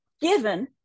given